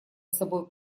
собой